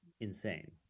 insane